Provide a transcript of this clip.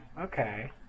Okay